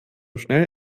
schnell